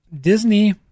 Disney